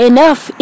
Enough